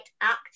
act